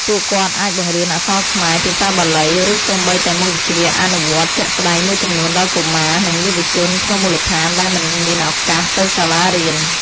ពួកគាត់អាចបង្រៀនអក្សរខ្មែរ ភាសាបាលី ឬសូម្បីតែមុខវិជ្ជាអនុវត្តជាក់ស្តែងមួយចំនួនដល់កុមារ និងយុវជនក្នុងមូលដ្ឋានដែលមិនមានឱកាសទៅសាលារៀន។